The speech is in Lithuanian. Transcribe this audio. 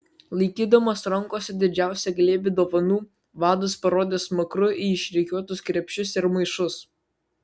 laikydamas rankose didžiausią glėbį dovanų vadas parodė smakru į išrikiuotus krepšius ir maišus